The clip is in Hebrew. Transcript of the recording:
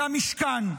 למשכן.